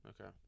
Okay